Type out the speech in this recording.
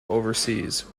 overseas